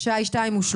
השעה היא 14:30,